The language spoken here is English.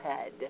head